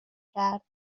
کرد